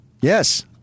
Yes